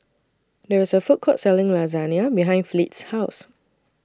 There IS A Food Court Selling Lasagna behind Fleet's House